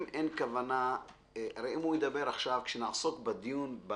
אם הוא ידבר עכשיו כשנעסוק בדיון,